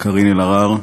קארין אלהרר,